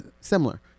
similar